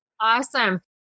Awesome